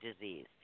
disease